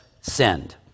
Send